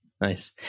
Nice